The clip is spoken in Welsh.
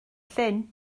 llyn